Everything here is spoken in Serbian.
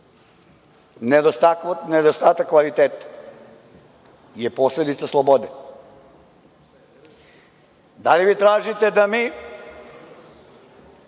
Nedostatak kvaliteta je posledica slobode. Da li vi tražite da mi